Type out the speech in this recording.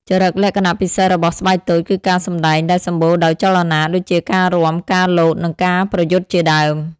ចរិតលក្ខណៈពិសេសរបស់ស្បែកតូចគឺការសម្ដែងដែលសម្បូរដោយចលនា ដូចជាការរាំ ការលោត និងការប្រយុទ្ធជាដើម។